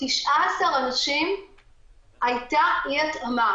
לגבי 19 אנשים הייתה אי-התאמה.